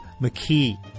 McKee